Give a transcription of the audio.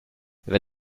wer